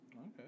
Okay